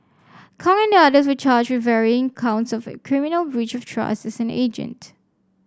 Kong and the others were charged with varying counts of criminal breach of trust as an agent